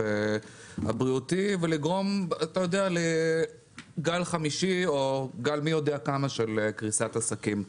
הבריאותי ולגרום לגל חמישי או גל מי יודע כמה של קריסת עסקים.